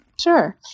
Sure